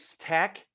tech